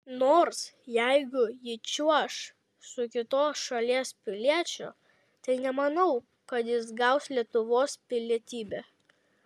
nors jeigu ji čiuoš su kitos šalies piliečiu tai nemanau kad ir jis gaus lietuvos pilietybę